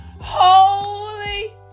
holy